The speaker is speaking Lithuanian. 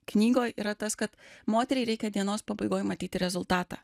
knygoj yra tas kad moteriai reikia dienos pabaigoj matyti rezultatą